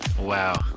Wow